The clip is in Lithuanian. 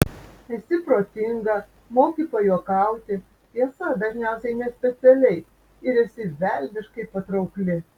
esi protinga moki pajuokauti tiesa dažniausiai nespecialiai ir esi velniškai patraukli